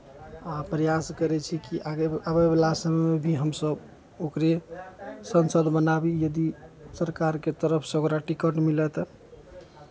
आ प्रयास करै छी कि आगे अबयवला समयमे भी हमसभ ओकरे सांसद बनाबी यदि सरकारके तरफसँ ओकरा टिकट मिलय तऽ